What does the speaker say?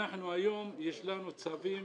היום יש לנו צווים